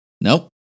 Nope